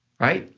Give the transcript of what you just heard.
right?